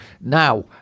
Now